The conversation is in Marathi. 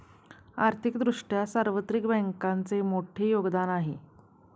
आर्थिक दृष्ट्या सार्वत्रिक बँकांचे मोठे योगदान आहे